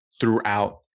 throughout